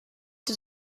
did